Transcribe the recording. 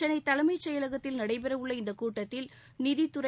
சென்னை தலைம்ச் செயலகத்தில் நடைபெற உள்ள இந்தக்கூட்டத்தில் நிதித்துறை